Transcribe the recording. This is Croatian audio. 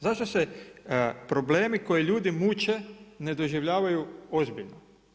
Zašto se problemi koji ljudi muče ne doživljavaju ozbiljno.